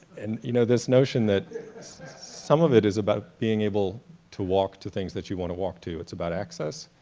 and you know this notion that some of it is about being able to walk to things that you want to walk to, it's about access,